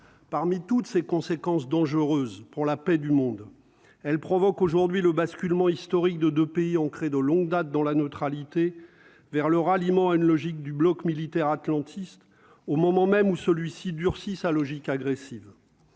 parmi toutes ces conséquences dangereuses pour la paix du monde, elle provoque aujourd'hui le basculement historique de de pays ancré de longue date dans la neutralité vers le ralliement à une logique du bloc militaire atlantiste au moment même où celui-ci durcit sa logique agressive